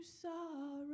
sorrow